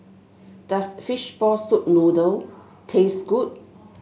does Fishball Noodle Soup taste good